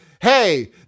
hey